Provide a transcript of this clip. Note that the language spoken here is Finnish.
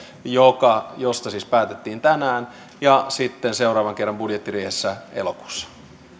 josta siis päätettiin tänään ja sitten seuraavan kerran budjettiriihessä elokuussa